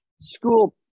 school